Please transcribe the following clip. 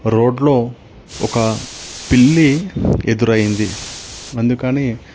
రోడ్లో ఒక పిల్లి ఎదురయింది అందుకని